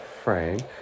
Frank